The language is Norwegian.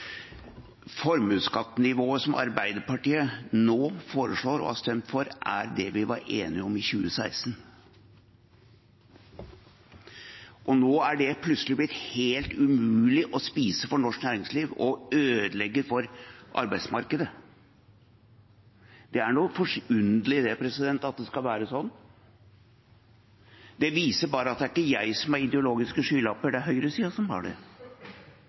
Formuesskattenivået som Arbeiderpartiet nå foreslår og har stemt for, er det vi var enige om i 2016. Nå er det plutselig blitt helt umulig å spise for norsk næringsliv og noe som ødelegger for arbeidsmarkedet. Det er forunderlig at det er sånn. Det viser bare at det ikke er jeg som har ideologiske skylapper, men at det er høyresiden som har det.